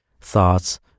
thoughts